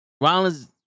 Rollins